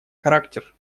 характер